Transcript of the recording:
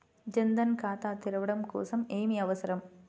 జన్ ధన్ ఖాతా తెరవడం కోసం ఏమి అవసరం?